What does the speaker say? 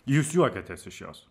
jūs juokiatės iš jos